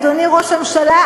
אדוני ראש הממשלה,